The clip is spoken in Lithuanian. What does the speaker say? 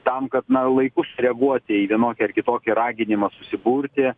tam kad na laiku sureaguoti į vienokį ar kitokį raginimą susiburti